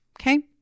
Okay